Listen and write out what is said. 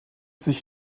sich